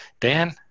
Dan